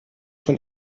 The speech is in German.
von